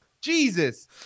Jesus